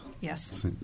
Yes